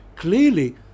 clearly